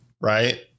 right